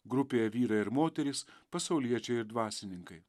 grupėje vyrai ir moterys pasauliečiai ir dvasininkai